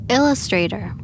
Illustrator